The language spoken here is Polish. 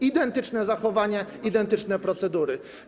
Identyczne zachowanie, identyczne procedury.